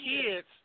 kids